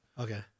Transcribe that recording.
Okay